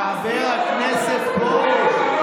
חבר הכנסת פרוש.